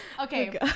Okay